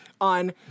on